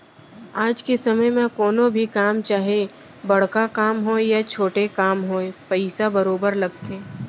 आज के समे म कोनो भी काम चाहे बड़का काम होवय या छोटे काम होवय पइसा बरोबर लगथे